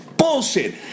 Bullshit